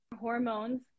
hormones